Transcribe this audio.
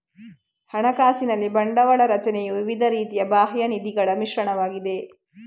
ಹಣಕಾಸಿನಲ್ಲಿ ಬಂಡವಾಳ ರಚನೆಯು ವಿವಿಧ ರೀತಿಯ ಬಾಹ್ಯ ನಿಧಿಗಳ ಮಿಶ್ರಣವಾಗಿದೆ